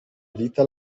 vita